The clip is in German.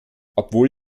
obwohl